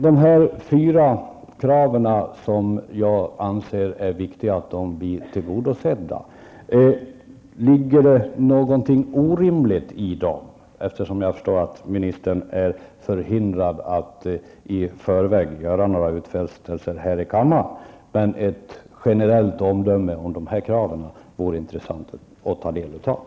Är de fyra krav som jag anser viktiga och vill få uppfyllda på något sätt orimliga? Jag förstår att näringsministern är förhindrad att i förväg göra några utfästelser här i kammaren. Det vore dock intressant att få ett generellt omdöme från honom om dessa krav.